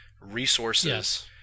resources